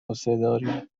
غصه